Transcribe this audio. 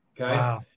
Okay